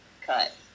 cut